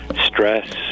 stress